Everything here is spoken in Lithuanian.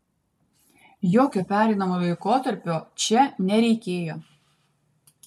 jokio pereinamojo laikotarpio čia nereikėjo